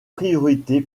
priorité